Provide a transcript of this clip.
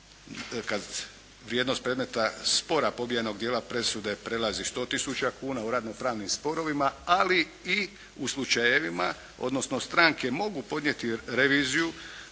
kada vrijednost predmeta spora pobijenog dijela presude prelazi 100 tisuća kuna u radnopravnim sporovima, ali i u slučajevima, odnosno stranke mogu podnijeti reviziju